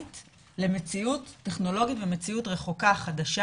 למציאות טכנולוגית ולמציאות רחוקה חדשה.